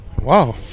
Wow